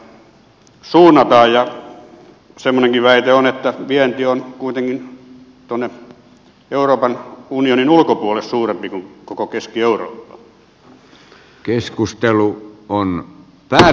ja semmoinenkin väite on että vienti on kuitenkin tuonne euroopan unionin ulkopuolelle suurempi kuin koko keski eurooppaan